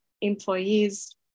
employees